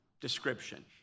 description